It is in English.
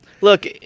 Look